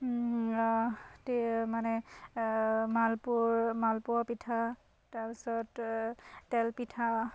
মানে মালপোৱা পিঠা তাৰপিছত তেলপিঠা